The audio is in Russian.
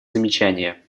замечания